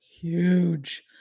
huge